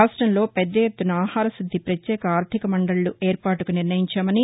రాష్టంలో పెద్దఎత్తున ఆహార శుద్ది ప్రత్యేక ఆర్ధికమండళ్లు ఏర్పాటుకు నిర్ణయించామని